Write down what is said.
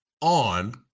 on